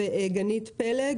גנית פלג,